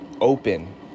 open